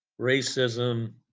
racism